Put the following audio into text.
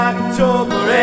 October